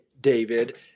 David